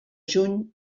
juny